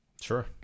Sure